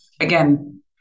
Again